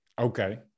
Okay